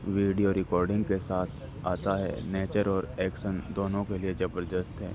video recording کے ساتھ آتا ہے نیچر اور ایکسن دونوں کے لیے زبردست ہے